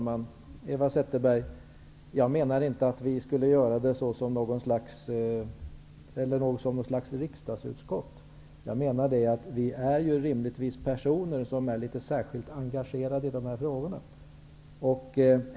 Herr talman! Jag menade inte att vi skulle inrätta något slags riksdagsutskott, utan jag menade att vi ju är personer som är särskilt engagerade i dessa frågor.